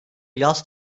yaz